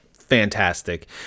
fantastic